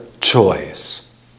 choice